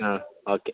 ആ ഓക്കെ